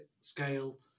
scale